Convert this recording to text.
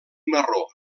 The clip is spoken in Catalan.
marró